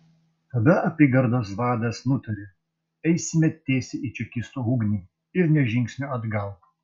tada apygardos vadas nutarė eisime tiesiai į čekistų ugnį ir nė žingsnio atgal